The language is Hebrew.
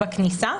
בכניסה.